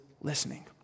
listening